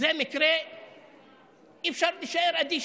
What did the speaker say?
זה מקרה שאי-אפשר להישאר אדיש